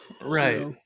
Right